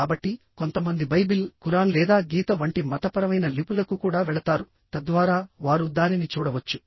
కాబట్టి కొంతమంది Bible Quran లేదా గీత వంటి మతపరమైన లిపులకు కూడా వెళతారు తద్వారా వారు దానిని చూడవచ్చు